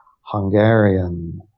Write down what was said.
Hungarian